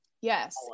yes